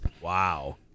Wow